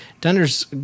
Dunder's